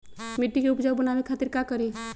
मिट्टी के उपजाऊ बनावे खातिर का करी?